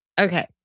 Okay